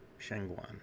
Shangguan